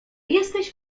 jesteś